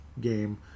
game